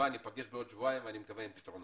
ניפגש בעוד שבועיים ואני מקווה שעם פתרונות.